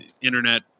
internet